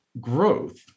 growth